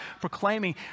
proclaiming